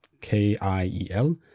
K-I-E-L